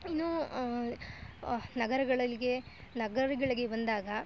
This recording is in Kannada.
ಇನ್ನೂ ನಗರಗಳಲ್ಲಿಗೆ ನಗರಗಳಿಗೆ ಬಂದಾಗ